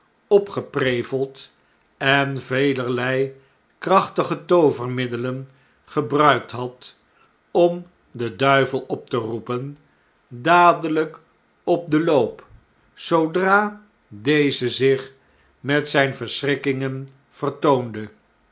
opgepreveld en velerlei krachtige toovermiddelen gebruikt had om den duivel op te roepen dadelgk op den loop zoodra deze zich met zijn verschrikkingen